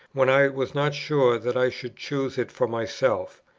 when i was not sure that i should choose it for myself?